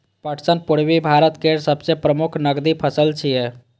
पटसन पूर्वी भारत केर सबसं प्रमुख नकदी फसल छियै